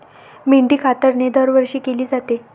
मेंढी कातरणे दरवर्षी केली जाते